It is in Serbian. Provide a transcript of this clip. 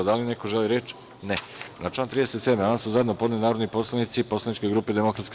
Da li neko želi reč? (Ne) Na član 37. amandman su zajedno podneli narodni poslanici poslaničke grupe DS.